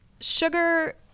Sugar